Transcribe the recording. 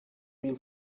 been